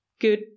good